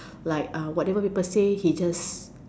like uh whatever people say he just